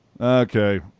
Okay